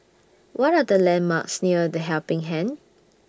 What Are The landmarks near The Helping Hand